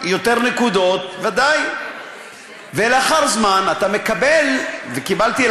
מועדון, ולאחר זמן, כשאתה